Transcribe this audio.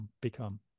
become